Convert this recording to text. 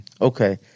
Okay